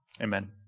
Amen